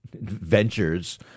ventures